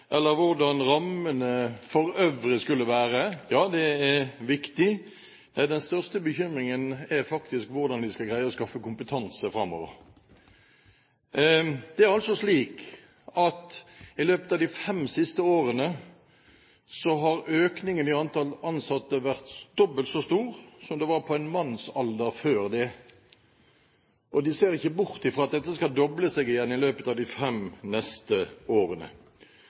eller hvordan rammene for øvrig skulle være. Ja, det er viktig. Men den største bekymringen er faktisk hvordan de skal greie å skaffe kompetanse framover. I løpet av de fem siste årene har økningen i antall ansatte vært dobbelt så stor som for en mannsalder siden, og de ser ikke bort fra at dette skal doble seg igjen i løpet av de fem neste årene.